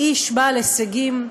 איש בעל הישגים,